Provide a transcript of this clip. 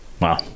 Wow